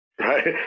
right